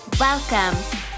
Welcome